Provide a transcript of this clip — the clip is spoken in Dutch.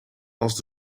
als